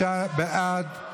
36 בעד,